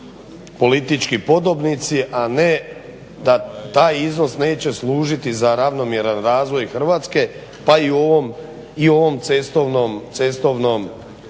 politički podobnici, a ne da taj iznos neće služiti za ravnomjeran razvoj Hrvatske pa i u ovoj cestovnoj